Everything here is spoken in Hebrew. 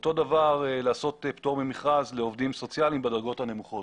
אותו דבר לעשות פטור ממכרז לעובדים סוציאליים בדרגות הנמוכות.